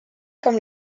comme